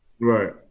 right